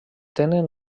tenen